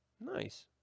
Nice